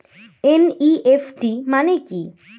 NEFT মানে কি?